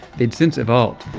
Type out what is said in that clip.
they'd since evolved.